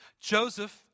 Joseph